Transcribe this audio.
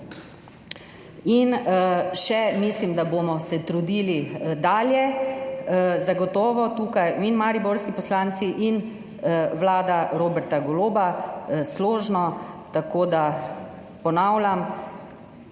Mislim, da se bomo še trudili dalje, zagotovo tukaj in mariborski poslanci in vlada Roberta Goloba složno. Tako da ponavljam,